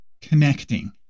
connecting